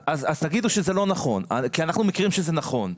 אז תגידו שזה לא נכון, כי אנחנו מכירים שזה נכון.